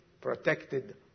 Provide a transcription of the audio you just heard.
protected